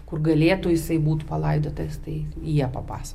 kur galėtų jisai būt palaidotas tai jie papas